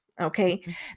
okay